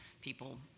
people